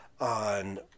on